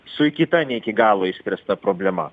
su kita ne iki galo išspręsta problema